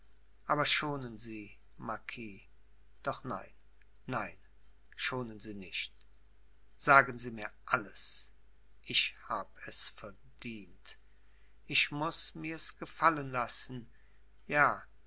aber schonen sie marquis doch nein nein schonen sie nicht sagen sie mir alles ich hab es verdient ich muß mirs gefallen lassen ja